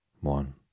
One